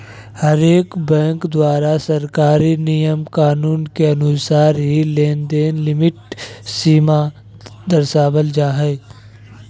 हरेक बैंक द्वारा सरकारी नियम कानून के अनुसार ही लेनदेन लिमिट सीमा दरसावल जा हय